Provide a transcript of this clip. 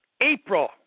April